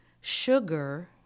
Sugar